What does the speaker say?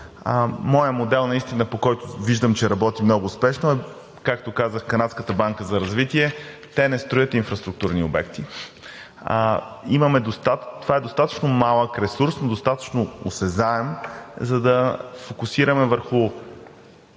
Моят модел, който виждам, че работи много успешно, е, както казах, Канадската банка за развитие – те не строят инфраструктурни обекти. Това е достатъчно малък ресурс, но достатъчно осезаем, за да се фокусираме върху